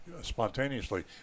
spontaneously